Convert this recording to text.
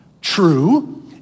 true